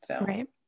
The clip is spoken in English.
Right